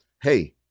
hey